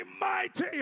mighty